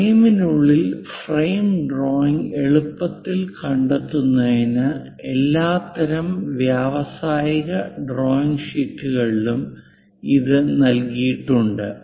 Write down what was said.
ഫ്രെയിമിനുള്ളിൽ drawing എളുപ്പത്തിൽ കണ്ടെത്തുന്നതിന് എല്ലാത്തരം വ്യാവസായിക ഡ്രോയിംഗ് ഷീറ്റുകളിലും ഇത് നൽകിയിട്ടുണ്ട്